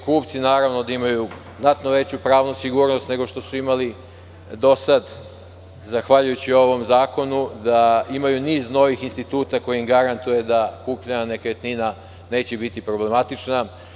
Kupci, naravno, da imaju znatno veću pravnu sigurnost nego što su imali do sada, zahvaljujući ovom zakonu da imaju niz novih instituta koji im garantuju da kupljena nekretnina neće biti problematična.